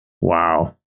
Wow